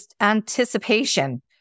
anticipation